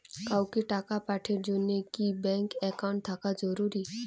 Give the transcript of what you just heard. কাউকে টাকা পাঠের জন্যে কি ব্যাংক একাউন্ট থাকা জরুরি?